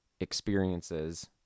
experiences